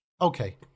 Okay